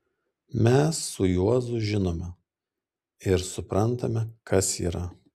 mes su juozu žinome ir suprantame kas yra